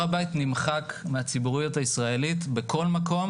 הר הבית נמחק מהציבוריות הישראלית בכל מקום